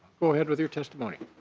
go ahead with your testimony.